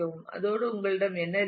அதோடு உங்களிடம் என்ன இருக்கிறது